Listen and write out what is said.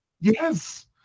Yes